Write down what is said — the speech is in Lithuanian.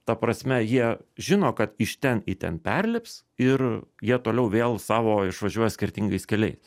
ta prasme jie žino kad iš ten į ten perlips ir jie toliau vėl savo išvažiuoja skirtingais keliais